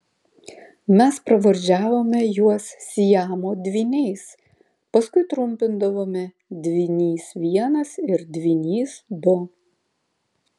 mes pravardžiavome juos siamo dvyniais paskui trumpindavome dvynys vienas ir dvynys du